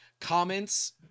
comments